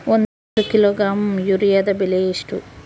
ಒಂದು ಕಿಲೋಗ್ರಾಂ ಯೂರಿಯಾದ ಬೆಲೆ ಎಷ್ಟು?